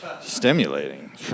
Stimulating